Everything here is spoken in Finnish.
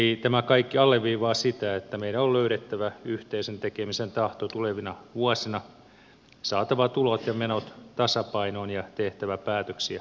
eli tämä kaikki alleviivaa sitä että meidän on löydettävä yhteisen tekemisen tahto tulevina vuosina saatava tulot ja menot tasapainoon ja tehtävä päätöksiä oikeudenmukaisesti